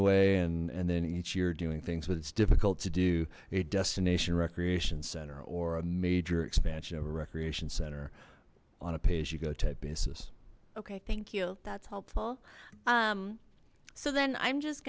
away and and then each year doing things but it's difficult to do a destination recreation center or a major expansion of a recreation center on a pay as you go type basis okay thank you that's helpful so then i'm just